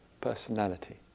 personality